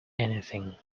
anything